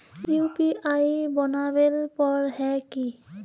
UPI बनावेल पर है की?